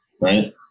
right